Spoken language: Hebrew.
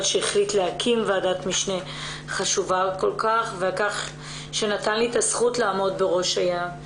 על כך שהחליט להקים ועדת חשובה כל כך ונתן לי את הזכות לעמוד בראשה.